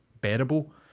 bearable